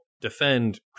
defend